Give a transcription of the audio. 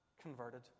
converted